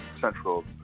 central